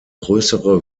größere